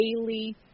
daily